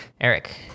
Eric